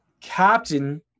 Captain